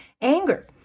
anger